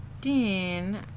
Dean